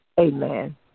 Amen